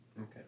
Okay